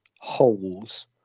holes